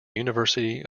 university